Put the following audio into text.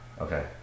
okay